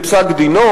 בפסק-דינו.